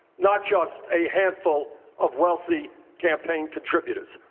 not just a handful of wealthy campaign contributors.